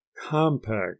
Compact